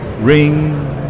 Ring